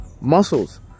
muscles